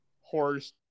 horse